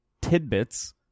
tidbits